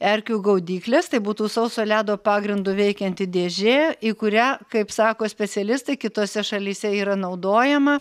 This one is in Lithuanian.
erkių gaudykles tai būtų sauso ledo pagrindu veikianti dėžė į kurią kaip sako specialistai kitose šalyse yra naudojama